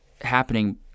happening